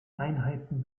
einheiten